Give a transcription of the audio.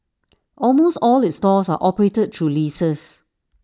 almost all its stores are operated through leases